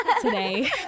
today